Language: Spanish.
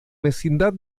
vecindad